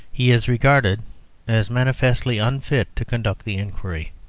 he is regarded as manifestly unfit to conduct the inquiry.